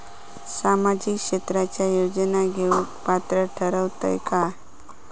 सामाजिक क्षेत्राच्या योजना घेवुक पात्र ठरतव काय?